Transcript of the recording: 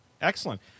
excellent